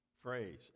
phrase